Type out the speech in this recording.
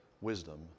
wisdom